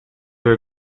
were